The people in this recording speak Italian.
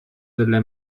delle